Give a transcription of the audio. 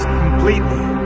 completely